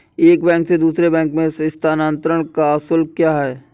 एक बैंक से दूसरे बैंक में स्थानांतरण का शुल्क क्या है?